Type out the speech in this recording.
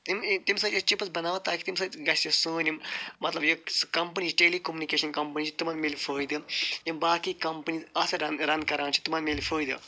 تَمہِ تَمہِ سۭتۍ چھِ أسۍ چپس بناوان تاکہِ تَمہِ سۭتۍ گَژھِ یہ سٲنۍ یم مَطلَب یہِ کمپنی ٹیٚلی کمنِکیشَن کمپنی چھِ تمن مِلہِ فٲیدٕ یم باقے کمپنی اتھ سۭتۍ رن رن کران چھِ تمن مِلہِ فٲیدٕ